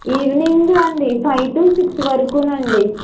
evening అండి five to six వరకూనండీ